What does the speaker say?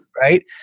Right